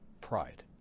pride